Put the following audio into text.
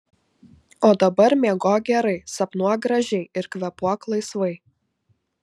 o dabar miegok gerai sapnuok gražiai ir kvėpuok laisvai